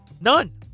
None